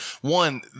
One